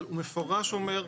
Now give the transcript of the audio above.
אבל הוא מפורש אומר,